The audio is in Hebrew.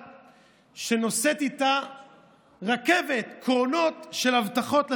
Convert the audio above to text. שנושאת איתה רכבת קרונות של הבטחות לציבור,